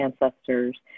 ancestors